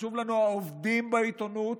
וחשובים לנו העובדים בעיתונות,